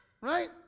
Right